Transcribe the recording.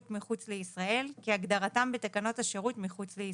מחוץ לישראל" - כהגדרתם בתקנות הישרות מחוץ לישראל,